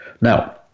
Now